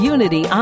Unity